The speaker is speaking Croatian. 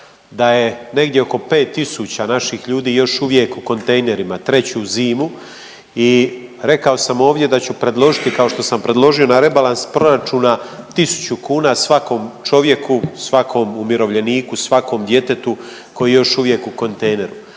da je negdje oko 5000 naših ljudi još uvijek u kontejnerima treću zimu i rekao sam ovdje da ću predložiti kao što sam predložio na rebalans proračuna 1000 kuna svakom čovjeku, svakom umirovljeniku, svakom djetetu koji je još uvijek u kontejneru.